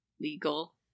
legal